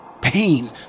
Pain